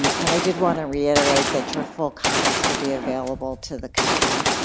um and i did want to reiterate that your full comments will be available to the committee.